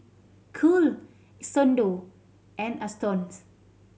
Cool Xndo and Astons